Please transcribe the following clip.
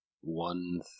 One